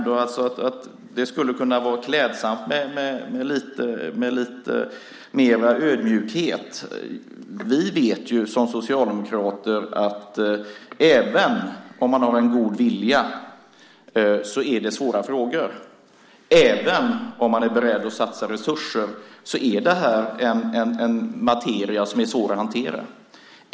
Det skulle vara klädsamt med lite mer ödmjukhet. Vi socialdemokrater vet att även om man har en god vilja är det svåra frågor, och även om man är beredd att satsa resurser är det en materia som är svår att hantera.